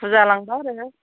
बुरजा लांबा आरो